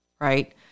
right